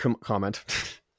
comment